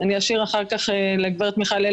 אנחנו כחברי כנסת חייבים להפנות את תשומת לבה